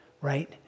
right